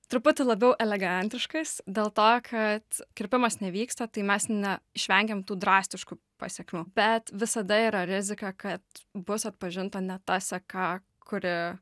truputį labiau elegantiškas dėl to kad kirpimas nevyksta tai mes ne išvengiam tų drastiškų pasekmių bet visada yra rizika kad bus atpažinta ne ta seka kuri